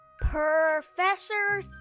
Professor